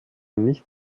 nicht